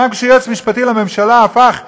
גם כשהיועץ המשפטי לממשלה הפך מפקיד,